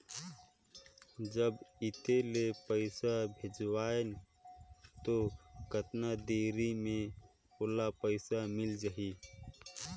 जब इत्ते ले पइसा भेजवं तो कतना देरी मे ओला पइसा मिल जाही?